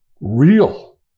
real